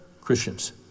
Christians